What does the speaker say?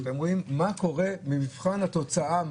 אתם רואים מה קורה במבחן התוצאה.